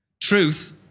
Truth